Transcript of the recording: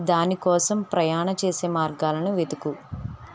దాని కోసం ప్రయాణం చేసే మార్గాలను వెతుకు